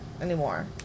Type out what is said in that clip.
anymore